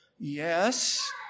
Yes